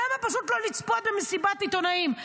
למה לא פשוט לצפות במסיבת עיתונאים?